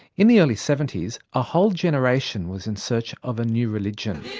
in the early seventy s, a whole generation was in search of a new religion.